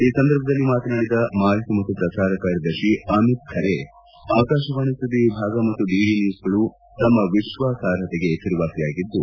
ಈ ಸಂದರ್ಭದಲ್ಲಿ ಮಾತನಾಡಿದ ಮಾಹಿತಿ ಮತ್ತು ಪ್ರಸಾರ ಕಾರ್ಯದರ್ಶಿ ಅಮಿತ್ ಖರೆ ಆಕಾಶವಾಣಿ ಸುದ್ದಿ ವಿಭಾಗ ಮತ್ತು ಡಿಡಿ ನ್ಯೂಸ್ಗಳು ತಮ್ಮ ವಿಶ್ವಾಸಾರ್ಹತೆಗೆ ಹೆಸರುವಾಸಿಯಾಗಿದ್ದು